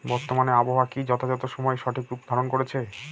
বর্তমানে আবহাওয়া কি যথাযথ সময়ে সঠিক রূপ ধারণ করছে?